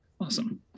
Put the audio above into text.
Awesome